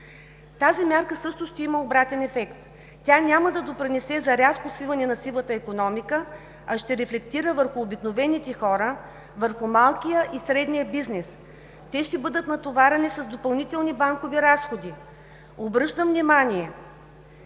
Тази мярка също ще има обратен ефект. Тя няма да допринесе за рязко свиване на сивата икономика, а ще рефлектира върху обикновените хора, върху малкия и средния бизнес. Те ще бъдат натоварени с допълнителни банкови разходи. Обръщам внимание